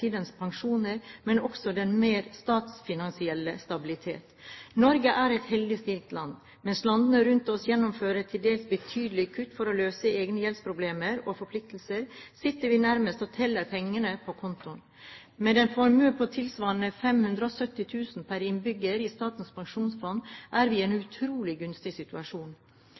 pensjoner og den mer statsfinansielle stabiliteten. Norge er et heldig stilt land. Mens landene rundt oss gjennomfører til dels betydelige kutt for å løse egne gjeldsproblemer og forpliktelser, sitter vi nærmest og teller pengene på kontoen. Med en formue tilsvarende 570 000 kr per innbygger i Statens pensjonsfond, er vi i en utrolig gunstig situasjon.